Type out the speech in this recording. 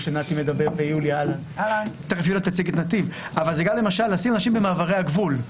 זה גם למשל לשים אנשים במעברי הגבול.